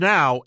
Now